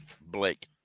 Blake